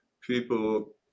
people